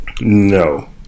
No